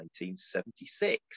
1976